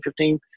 2015 –